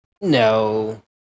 No